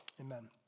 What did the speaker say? Amen